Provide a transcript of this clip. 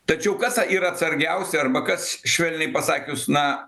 tačiau kas yra atsargiausi arba kas švelniai pasakius na